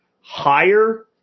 higher